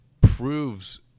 proves